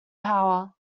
power